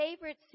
favorite